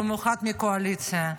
במיוחד מהקואליציה,